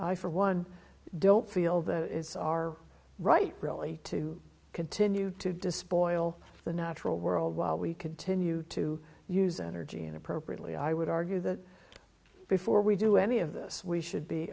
for one don't feel that it's our right really to continue to despoil the natural world while we continue to use energy and appropriately i would argue that before we do any of this we should be